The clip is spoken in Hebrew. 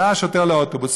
עלה השוטר לאוטובוס,